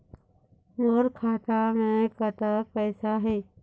मोर खाता मे कतक पैसा हे?